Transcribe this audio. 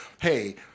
hey